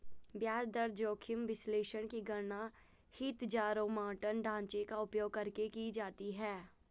ब्याज दर जोखिम विश्लेषण की गणना हीथजारोमॉर्टन ढांचे का उपयोग करके की जाती है